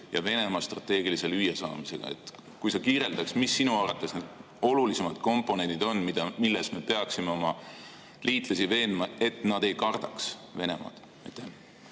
ja Venemaa strateegilise lüüasaamisega. Ehk sa kirjeldad, mis sinu arvates need olulisemad komponendid on, milles me peaksime oma liitlasi veenma, et nad ei kardaks Venemaad?